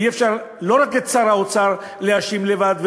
ואי-אפשר להאשים את שר האוצר לבדו,